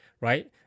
right